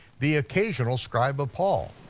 the occasional scribe of paul.